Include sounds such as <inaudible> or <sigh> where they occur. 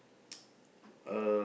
<noise> uh